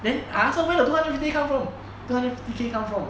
then I ask her where the two hundred and fifty come from two hundred and fifty K come from